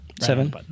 Seven